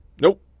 Nope